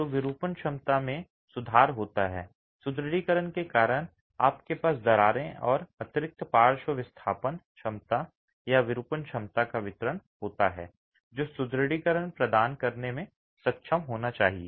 तो विरूपण क्षमता में सुधार होता है सुदृढीकरण के कारण आपके पास दरारें और अतिरिक्त पार्श्व विस्थापन क्षमता या विरूपण क्षमता का वितरण होता है जो सुदृढीकरण प्रदान करने में सक्षम होना चाहिए